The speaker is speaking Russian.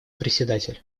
председатель